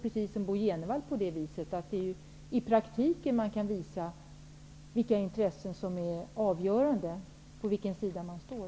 Precis som Bo G Jenevall tror jag att det är i praktiken som man kan visa vilka intressen som är avgörande och på vilken sida man står.